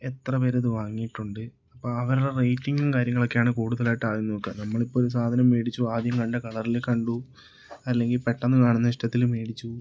എത്ര പേരിത് വാങ്ങിയിട്ടുണ്ട് അപ്പം അവരുടെ റേറ്റിംഗും കാര്യങ്ങളൊക്കെയാണ് കൂടുതലായിട്ടാദ്യം നോക്കുക നമ്മളിപ്പോൾ ഒരു സാധനം മേടിച്ചു ആദ്യം നല്ല കളറിൽ കണ്ടു അല്ലെങ്കിൽ പെട്ടെന്ന് കാണുന്ന ഇഷ്ടത്തിൽ മേടിച്ചു